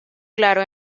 claro